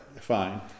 fine